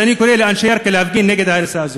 אז אני קורא לאנשי ירכא להפגין נגד ההריסה הזאת.